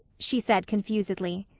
she said confusedly.